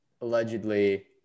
allegedly